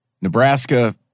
Nebraska